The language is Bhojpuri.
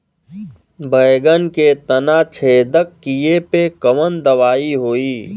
बैगन के तना छेदक कियेपे कवन दवाई होई?